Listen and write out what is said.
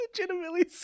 legitimately